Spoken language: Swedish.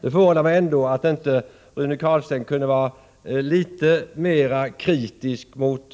Det förvånar mig ändå att Rune Carlstein inte kunde vara litet mer kritisk mot